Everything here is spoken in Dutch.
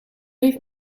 heeft